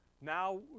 Now